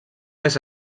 més